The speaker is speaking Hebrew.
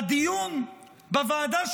ובדיון בוועדה,